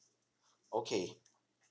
okay